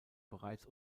bereits